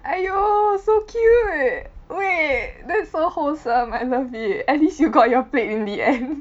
!aiyo! so cute wait that's so wholesome I love it at least you got your plate in the end